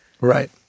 Right